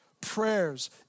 prayers